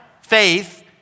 faith